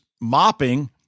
mopping